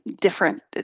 different